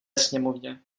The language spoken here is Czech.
sněmovně